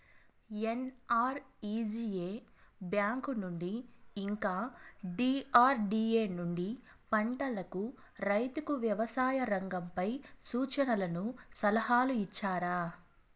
NREGA bank నుండి ఇంకా DRDA నుండి పంటలకు రైతుకు వ్యవసాయ రంగంపై సూచనలను సలహాలు ఇచ్చారా